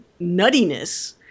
nuttiness